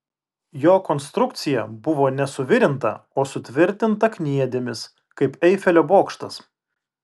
jo konstrukcija buvo ne suvirinta o sutvirtinta kniedėmis kaip eifelio bokštas